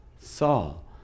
Saul